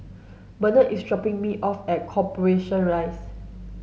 Barnett is dropping me off at Corporation Rise